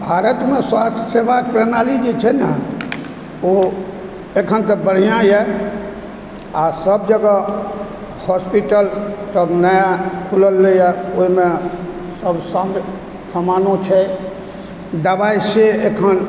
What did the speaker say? भारतमे स्वास्थ्य सेवा प्रणाली जे छै न ओ अखन तऽ बढ़िआँए आ सभ जगह हॉस्पिटलसभ नया खुललैए ओहिमे सभ समानो छै दबाइ से अखन